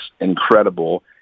incredible